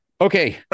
Okay